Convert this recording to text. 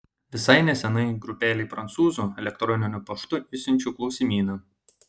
visai neseniai grupelei prancūzių elektroniniu paštu išsiunčiau klausimyną